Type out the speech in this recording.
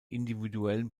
individuellen